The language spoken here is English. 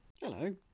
Hello